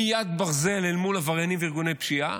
מיד ברזל אל מול עבריינים וארגוני פשיעה